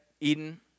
eden